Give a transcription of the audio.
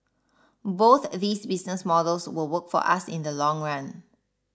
both these business models will work for us in the long run